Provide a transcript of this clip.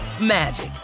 magic